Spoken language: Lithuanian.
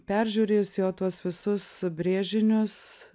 peržiūrėjus jo tuos visus brėžinius